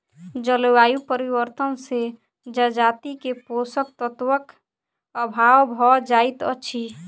जलवायु परिवर्तन से जजाति के पोषक तत्वक अभाव भ जाइत अछि